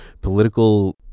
political